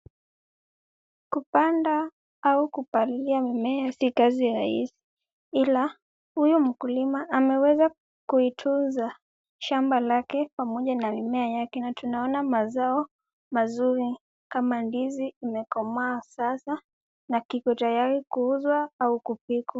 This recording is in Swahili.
Kupanda au kupalilia mimea sio kazi rahisi ila huyu mkulima ameweza kuitunza shamba lake pamoja na mimea yake na tunaona mazao mazuri kama ndizi imekomaa sasa na kiko tayari kuuzwa au kupikwa.